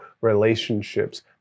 relationships